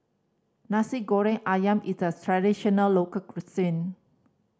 Nasi Goreng Ayam is a traditional local cuisine